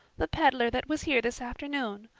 the peddler that was here this afternoon.